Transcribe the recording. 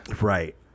Right